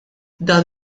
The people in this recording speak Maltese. dan